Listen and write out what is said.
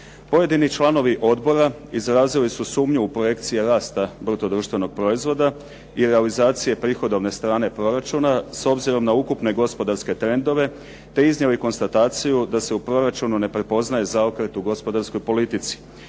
Pojedini članovi odbora izrazili su sumnju u projekcije rasta bruto društvenog proizvoda i realizacije prihodovne strane proračuna s obzirom na ukupne gospodarske trendove, te izjave i konstataciju da se u proračunu ne prepoznaje zaokret u gospodarskoj politici.